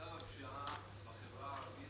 זה מצב שבחברה הערבית